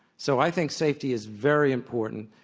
so i think safety is very important,